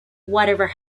whatever